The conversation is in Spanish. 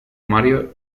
mario